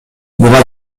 буга